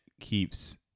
keeps